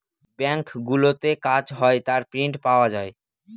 ব্যাঙ্কগুলোতে কাজ হয় তার প্রিন্ট পাওয়া যায়